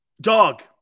Dog